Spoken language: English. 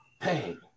Hey